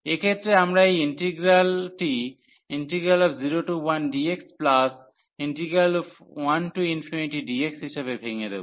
এক্ষেত্রে আমরা এই ইন্টিগ্রালটি 01dx 1 dx হিসাবে ভেঙে দেব